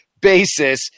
basis